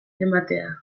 ematea